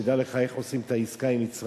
שתדע לך איך עושים את העסקה עם מצרים,